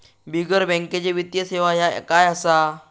बिगर बँकेची वित्तीय सेवा ह्या काय असा?